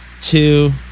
two